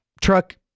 truck